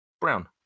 Brown